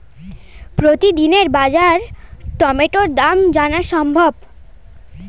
প্রতিদিনের বাজার টমেটোর দাম জানা সম্ভব?